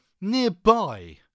nearby